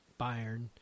Bayern